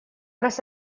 раз